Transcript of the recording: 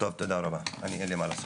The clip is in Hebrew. טוב, תודה רבה, אין לי מה להוסיף.